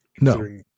No